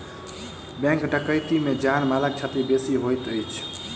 bank डकैती मे जान मालक क्षति बेसी होइत अछि